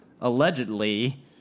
allegedly